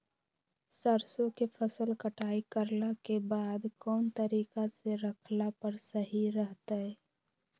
सरसों के फसल कटाई करला के बाद कौन तरीका से रखला पर सही रहतय?